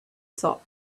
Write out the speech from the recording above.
top